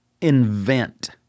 invent